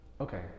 okay